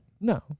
No